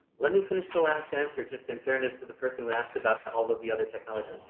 let me finish the last answer just in fairness to the person who asked about all of the other technologies.